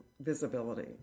visibility